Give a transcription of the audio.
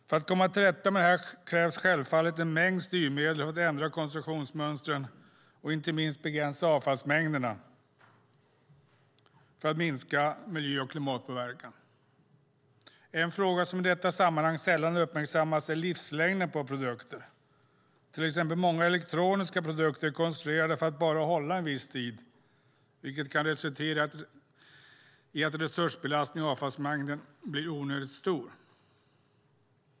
För att komma till rätta med detta krävs självfallet en mängd styrmedel för att ändra konsumtionsmönstren och inte minst begränsa avfallsmängderna för att minska miljö och klimatpåverkan. En fråga som i detta sammanhang sällan uppmärksammas är livslängden på produkter. Exempelvis många elektroniska produkter är konstruerade för att hålla bara en viss tid, vilket kan resultera i att resursbelastningen och avfallsmängden blir onödigt stor.